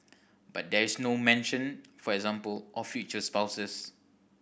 but there is no mention for example of future spouses